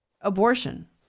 abortion